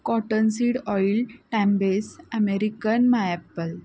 cottonseed oil टॅम्बेस American mayapple